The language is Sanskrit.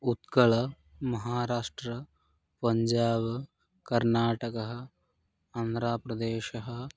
उत्कलः महाराष्ट्रं पञ्जाबः कर्नाटकः आन्ध्रप्रदेशः